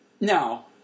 Now